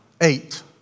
eight